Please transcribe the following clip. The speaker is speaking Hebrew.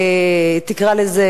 תקרא לזה,